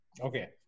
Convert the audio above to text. Okay